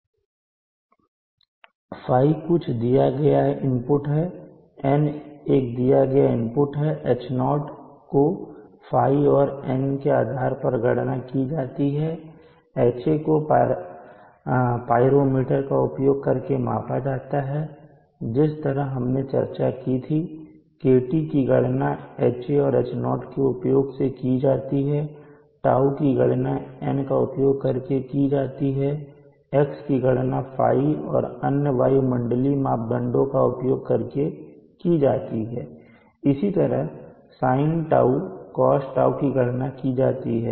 𝝫 कुछ दिया गया इनपुट है N भी एक दिया गया इनपुट है H0 को 𝝫 और N के आधार पर गणना की जाती है Ha को पाइरोमीटर का उपयोग करके मापा जाता है जिस पर हमने चर्चा की थी KT की गणना Ha और H0 के उपयोग से की जाती है τ की गणना N का उपयोग करके की जाती है x की गणना 𝝫 और अन्य वायुमंडलीय मापदंडों का उपयोग करके की जाती है इसी तरह sinτ cosτ की गणना की जाती है